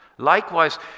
Likewise